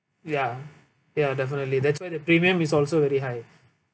ya ya definitely that's why the premium is also very high